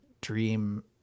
dream